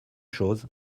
chose